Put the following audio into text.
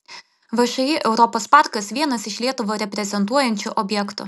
všį europos parkas vienas iš lietuvą reprezentuojančių objektų